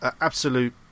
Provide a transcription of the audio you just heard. Absolute